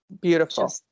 beautiful